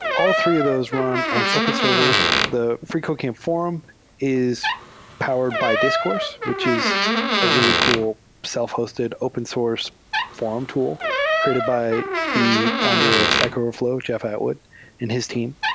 al l three of those run on separate servers. the freecodecamp forum is powered by discourse, which is a really cool self-hosted open source forum tool created by the founder of stack overflow, jeff atwood and his team.